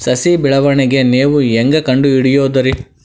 ಸಸಿ ಬೆಳವಣಿಗೆ ನೇವು ಹ್ಯಾಂಗ ಕಂಡುಹಿಡಿಯೋದರಿ?